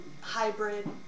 hybrid